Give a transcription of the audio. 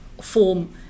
form